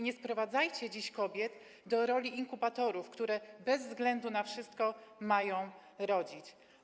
Nie sprowadzajcie dziś kobiet do roli inkubatorów, które bez względu na wszystko mają rodzić.